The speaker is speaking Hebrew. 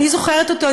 אני זוכרת אותו.